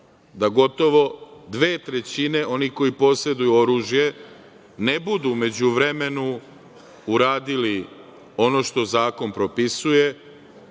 da gotovo dve trećine onih koji poseduju oružje ne budu u međuvremenu uradili ono što zakon propisuje,